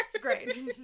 Great